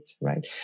right